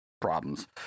problems